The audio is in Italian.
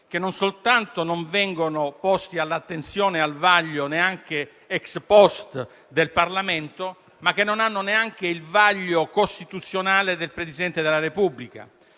che non soltanto non vengono posti all'attenzione e al vaglio, neanche *ex post*, del Parlamento, ma che non hanno neanche il vaglio costituzionale del Presidente della Repubblica.